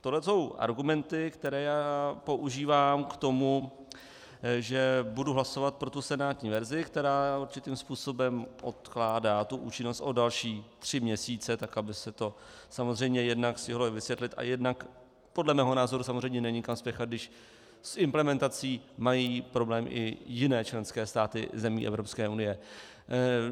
Tohle jsou argumenty, které používám k tomu, že budu hlasovat pro senátní verzi, která určitým způsobem odkládá účinnost o další tři měsíce, tak aby se to samozřejmě jednak stihlo i vysvětlit, a jednak podle mého názoru samozřejmě není kam spěchat, když s implementací mají problém i jiné členské státy zemí EU.